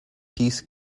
piece